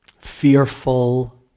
fearful